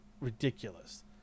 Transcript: ridiculous